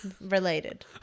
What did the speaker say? related